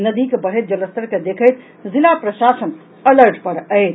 नदीक बढ़ैत जलस्तर के देखैत जिला प्रशासन अलर्ट पर अछि